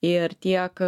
ir tiek